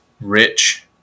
rich